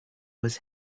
was